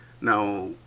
now